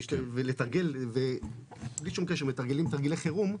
לתרגל ובלי שום קשר מתרגלים תרגלי חירום.